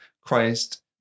Christ